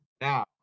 Now